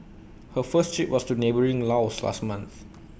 her first trip was to neighbouring Laos last month